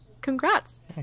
Congrats